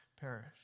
perish